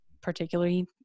particularly